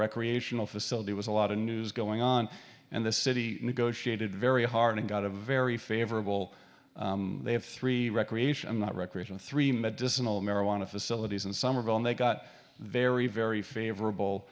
recreational facility was a lot of news going on and the city negotiated very hard and got a very favorable they had three recreation the recreation three medicinal marijuana facilities and some of on they got very very favorable